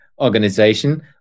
organization